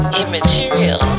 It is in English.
immaterial